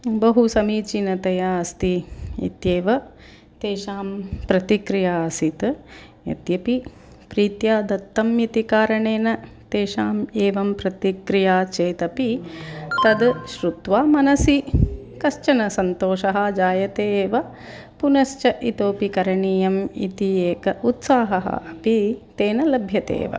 बहु समीचीनतया अस्ति इत्येव तेषां प्रतिक्रिया आसीत् यद्यपि प्रीत्या दत्तम् इति कारणेन तेषाम् एवं प्रतिक्रिया चेतपि तद श्रुत्वा मनसि कश्चन सन्तोषः जायते एव पुनश्च इतोऽपि करणीयम् इति एकः उत्साहः अपि तेन लभ्यतेव